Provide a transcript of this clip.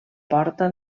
porta